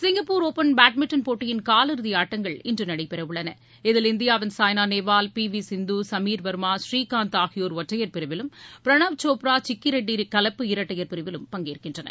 Singapore open badminton போட்டியின் காலிறுதி ஆட்டங்கள் இன்று நடைபெறவுள்ளன இதில் இந்தியாவின் சாய்னா நேவால் பி வி சிந்து சமிர்வர்மா பூரீகாந்த் ஆகியோர் ஒற்றையர் பிரிவிலும் பிரணாவ் சோப்ரா சிக்கி ரெட்டி கலப்பு இரட்டையர் பிரிவிலும் பங்கேற்கின்றனர்